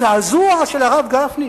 זעזוע של הרב גפני,